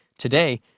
today,